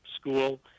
school